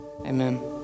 Amen